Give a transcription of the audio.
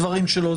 מבחינתי,